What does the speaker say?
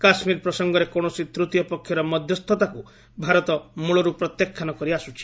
କାଶ୍ମୀର ପ୍ରସଙ୍ଗରେ କୌଣସି ତୃତୀୟ ପକ୍ଷର ମଧ୍ୟସ୍ଥତାକୁ ଭାରତ ମୂଳରୁ ପ୍ରତ୍ୟାଖ୍ୟାନ କରି ଆସୁଛି